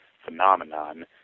phenomenon